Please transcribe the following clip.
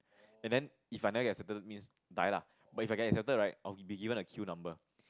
and then if I never get accepted means die lah but if I get accepted right I will be given a queue number